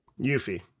yuffie